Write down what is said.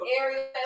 Area